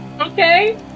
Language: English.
okay